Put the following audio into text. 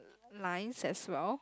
lines as well